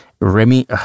Remy